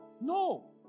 No